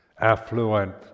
affluent